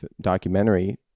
documentary